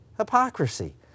Hypocrisy